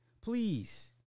please